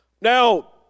Now